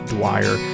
Dwyer